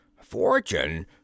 Fortune